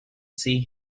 see